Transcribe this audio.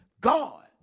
God